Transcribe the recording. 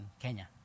Kenya